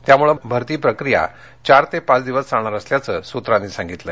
त्यामुळे भरती प्रक्रिया चार ते पाच दिवस चालणार असल्याचे सूत्रांनी सांगितले